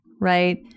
right